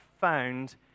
found